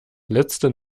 letzte